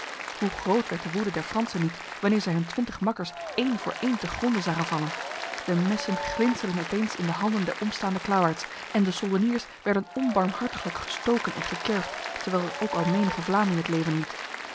hoe groot werd de woede der fransen niet wanneer zij hun twintig makkers een voor een te gronde zagen vallen de messen glinsterden opeens in de handen der omstaande klauwaards en de soldeniers werden onbarmhartiglijk gestoken en gekerfd terwijl er ook al menige vlaming het leven